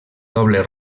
doble